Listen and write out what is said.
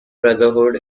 brotherhood